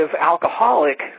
alcoholic